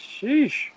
Sheesh